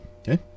Okay